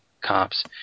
cops